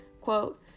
quote